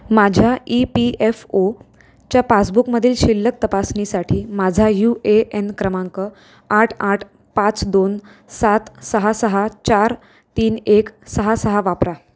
माझ्या E P F O च्या पासबुकमधील शिल्लक तपासणीसाठी माझा यू ए एन क्रमांक आठ आठ पाच दोन सात सहा सहा चार तीन एक सहा सहा वापरा